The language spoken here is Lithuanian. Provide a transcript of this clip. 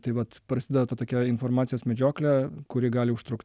tai vat prasideda ta tokia informacijos medžioklė kuri gali užtrukt